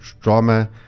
drama